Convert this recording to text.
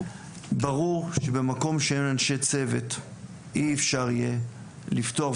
ברור שבמקום שאין אנשי צוות אי אפשר יהיה לפתוח.